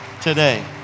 today